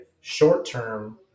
short-term